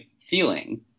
feeling